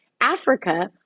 Africa